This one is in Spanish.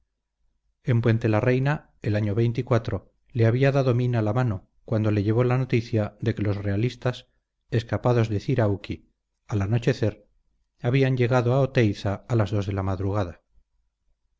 en puente la reina el año le había dado mina la mano cuando le llevó la noticia de que los realistas escapados de cirauqui al anochecer habían llegado a oteiza a las dos de la madrugada